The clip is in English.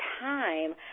time